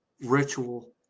ritual